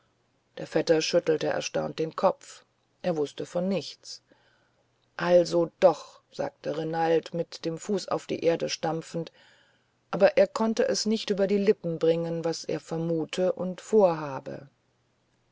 der vetter schüttelte erstaunt den kopf er wußte von nichts also doch sagte renald mit dem fuß auf die erde stampfend aber er konnte es nicht über die lippen bringen was er vermute und vorhabe